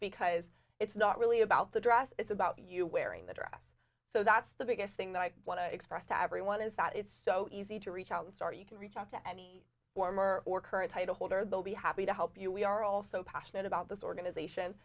because it's not really about the dress it's about you wearing the dress so that's the biggest thing that i want to express to everyone is that it's so easy to reach out and start you can reach out to any former or current titleholder they'll be happy to help you we are all so passionate about this organization